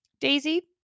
Daisy